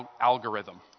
Algorithm